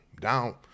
down